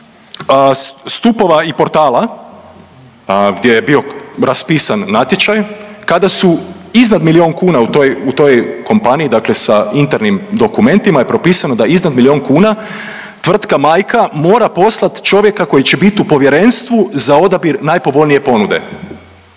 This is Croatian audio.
stupova i portala gdje je bio raspisan natječaj. Kada su iznad milijun kuna u toj, u toj kompaniji, dakle sa internim dokumentima je propisano da iznad milijun kuna tvrtka majka mora poslat čovjeka koji će bit u povjerenstvu za odabir najpovoljnije ponude,